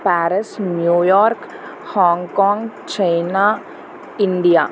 Paris New York Hong Kong China India